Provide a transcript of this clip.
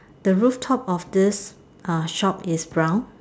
the rooftop of uh this shop is brown